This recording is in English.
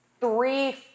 three